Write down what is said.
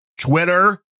Twitter